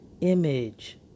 image